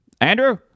Andrew